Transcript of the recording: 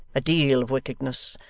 a deal of wickedness.